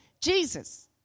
Jesus